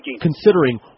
considering